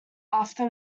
after